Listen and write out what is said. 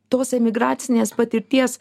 tos emigracinės patirties